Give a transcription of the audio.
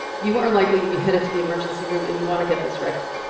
you are likely to be headed to the emergency room, and you want to get this right.